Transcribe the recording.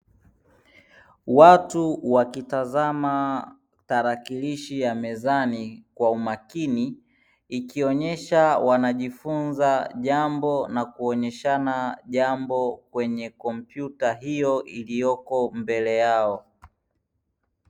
Watu wakitazama tarakilishi ya mezani kwa umakini, ikionyesha wanajifunza jambo na kuonyeshana jambo kwenye kompyuta hiyo iliyoko mbele yao.